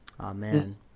Amen